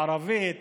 בערבית